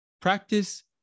practice